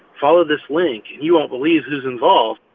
follow this link. you won't believe who's involved.